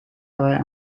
vrij